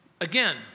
Again